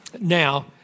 Now